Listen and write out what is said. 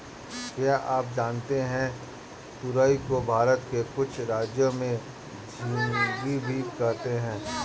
क्या आप जानते है तुरई को भारत के कुछ राज्यों में झिंग्गी भी कहते है?